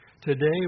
Today